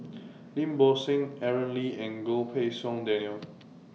Lim Bo Seng Aaron Lee and Goh Pei Siong Daniel